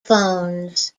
phones